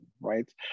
right